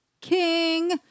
King